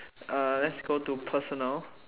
uh let's go to personal